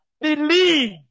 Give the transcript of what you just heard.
believe